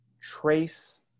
trace